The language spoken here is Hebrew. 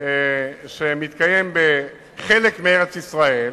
שמתקיים בחלק מארץ-ישראל,